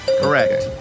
Correct